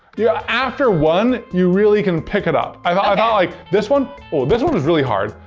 yeah after one, you really can pick it up. i thought, ah like this one, well this one was really hard,